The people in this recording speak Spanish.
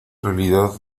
realidad